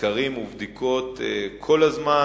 סקרים ובדיקות כל הזמן.